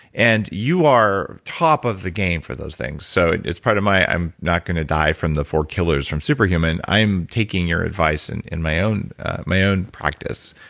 and you are top of the game for those those things. so, it's part of my, i'm not going to die from the four killers, from superhuman, i am taking your advice in in my own my own practice